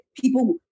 People